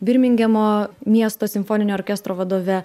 birmingemo miesto simfoninio orkestro vadove